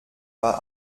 war